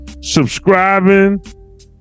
subscribing